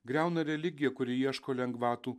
griauna religiją kuri ieško lengvatų